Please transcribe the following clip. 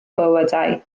bywydau